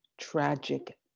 tragic